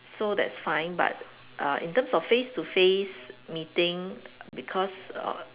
so that's fine but uh in terms of face to face meeting because err